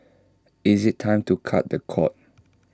is IT time to cut the cord